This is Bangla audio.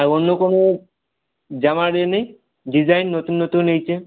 আর অন্য কোনও জামার এ নেই ডিজাইন নতুন নতুন এইটে